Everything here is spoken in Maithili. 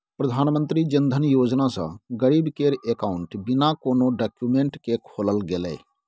प्रधानमंत्री जनधन योजना सँ गरीब केर अकाउंट बिना कोनो डाक्यूमेंट केँ खोलल गेलै